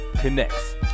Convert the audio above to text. Connects